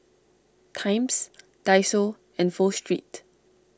Times Daiso and Pho Street